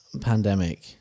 pandemic